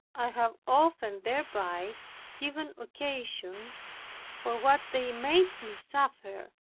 i have often thereby given occasion for what they made me suffer.